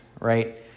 right